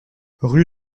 rue